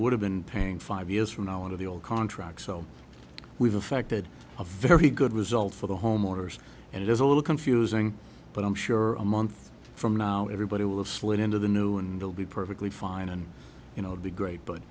would have been paying five years from now under the old contract so we've affected a very good result for the homeowners and there's a little confusing but i'm sure a month from now everybody will have slid into the new and they'll be perfectly fine and you know the great but